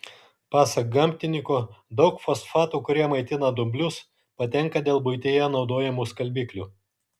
pasak gamtininko daug fosfatų kurie maitina dumblius patenka dėl buityje naudojamų skalbiklių